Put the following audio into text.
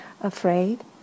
afraid